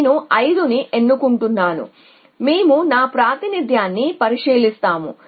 నేను 5 ని ఎన్నుకుంటాను మేము నా ప్రాతినిధ్యాన్ని పరిశీలిస్తాము